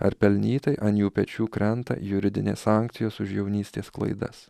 ar pelnytai ant jų pečių krenta juridinės sankcijos už jaunystės klaidas